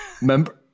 Remember